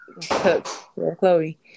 Chloe